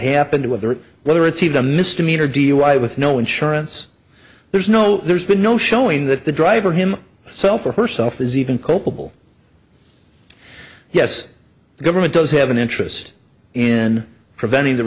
happened whether it whether it's even a misdemeanor dui with no insurance there's no there's been no showing that the driver him self or her self is even culpable yes the government does have an interest in preventing the